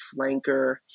flanker